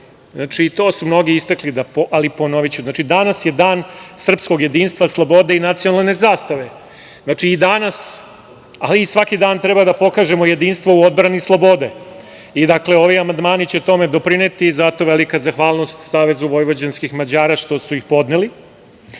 institucije. To su mnogi istakli, ali ponoviću, danas je Dan srpskog jedinstva, slobode i nacionalne zastave. Znači, i danas, ali i svaki dan treba da pokažemo jedinstvo u odbrani slobode. Ovi amandmani će tome doprineti i zato velika zahvalnost Savezu vojvođanskih Mađara što su ih podnela.U